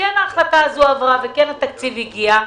וכן ההחלטה הזו עברה וכן התקציב הגיע.